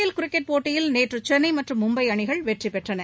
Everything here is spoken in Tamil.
ஐ பி எல் கிரிக்கெட் போட்டியில் நேற்று சென்னை மற்றும் மும்பை அணிகள் வெற்றி பெற்றன